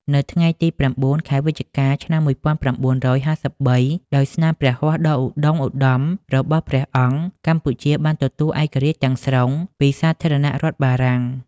នៅថ្ងៃទី៩ ខែវិច្ឆិកា ឆ្នាំ១៩៥៣ ដោយស្នាព្រះហស្តដ៏ឧត្ដុង្គឧត្ដមរបស់ព្រះអង្គ កម្ពុជាបានទទួលឯករាជ្យទាំងស្រុងពីសាធារណរដ្ឋបារាំង។